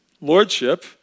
lordship